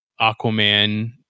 Aquaman